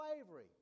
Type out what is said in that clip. slavery